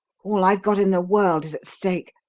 all i've got in the world is at stake,